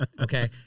Okay